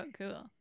cool